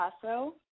Paso